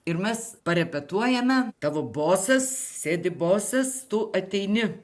ir mes parepetuojame tavo bosas sėdi bosas tu ateini